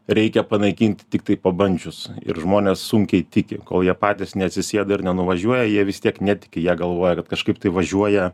reikia panaikinti tiktai pabandžius ir žmonės sunkiai tiki kol jie patys neatsisėda ir nenuvažiuoja jie vis tiek netiki jie galvoja kad kažkaip tai važiuoja